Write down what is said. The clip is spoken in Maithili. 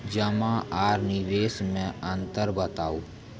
जमा आर निवेश मे अन्तर बताऊ?